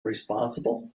responsible